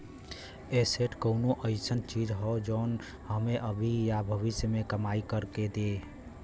asset कउनो अइसन चीज हौ जौन हमें अभी या भविष्य में कमाई कर के दे